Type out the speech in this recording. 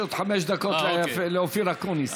יש עוד חמש דקות לאופיר אקוניס.